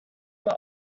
but